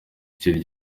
cyari